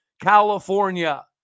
California